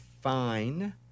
fine